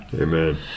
Amen